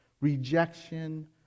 Rejection